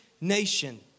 nation